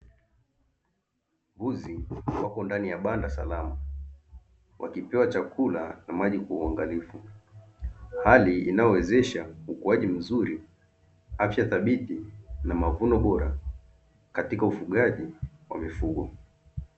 Mbuzi wako ndani ya banda salama wakipewa chakula na maji kwa uangalifu; hali inayowezesha ukuaji mzuri, afya thabiti na mavuno bora katika ufugaji wa mifugo.